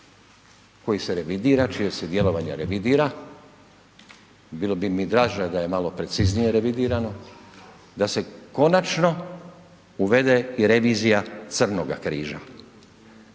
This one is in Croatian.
koji se revidira, čije se djelovanje revidira, bilo bi mi draže da je malo preciznije revidirano, da se konačno uvede i revizija crnoga križa,